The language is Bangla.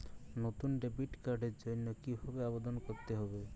নতুন ডেবিট কার্ডের জন্য কীভাবে আবেদন করতে হবে?